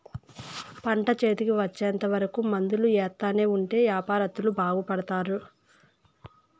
పంట చేతికి వచ్చేంత వరకు మందులు ఎత్తానే ఉంటే యాపారత్తులు బాగుపడుతారు